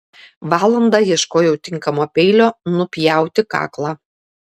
valandą ieškojau tinkamo peilio nupjauti kaklą